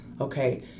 okay